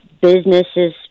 businesses